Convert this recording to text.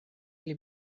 pli